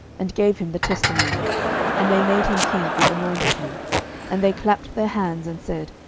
and gave him the testimony and they made him king, and anointed him and they clapped their hands, and said,